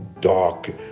dark